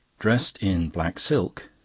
dressed in black silk,